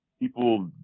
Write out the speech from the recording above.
People